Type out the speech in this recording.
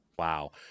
Wow